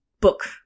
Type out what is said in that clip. book